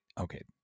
okay